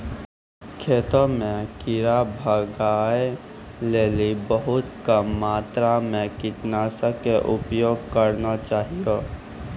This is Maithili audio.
खेतों म कीड़ा भगाय लेली बहुत कम मात्रा मॅ कीटनाशक के उपयोग करना चाहियो